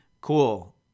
cool